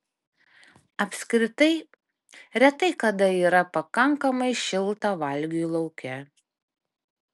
apskritai retai kada yra pakankamai šilta valgiui lauke